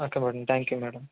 okay madam thank you madam